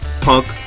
punk